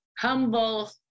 humble